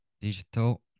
digital